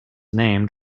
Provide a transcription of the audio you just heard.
named